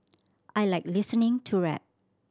I like listening to rap